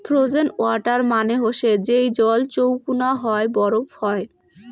frozen water মানে হসে যেই জল চৌকুনা হই বরফ হই